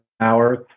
hours